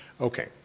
Okay